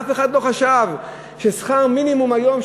אף אחד לא חשב ששכר מינימום היום,